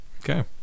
okay